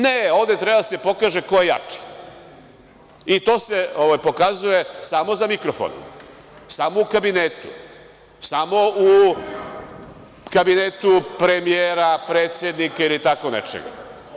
Ne, ovde treba da se pokaže ko je jači, i to se pokazuje samo za mikrofonom, samo u kabinetu, samo u kabinetu premijera, predsednika ili tako nečega.